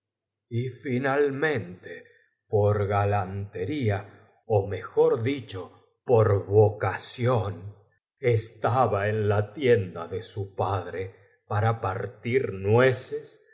finalmente por galantería ó mejor dicho por vor ación estaba e n la tienda de su padre para partit nueces